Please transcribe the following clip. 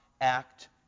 act